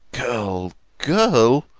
girl, girl!